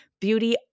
beauty